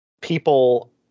people